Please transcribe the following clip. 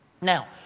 Now